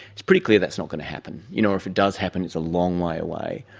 it's pretty clear that's not going to happen, you know or if it does happen it's a long way away.